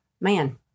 Man